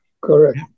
correct